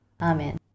Amen